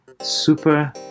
super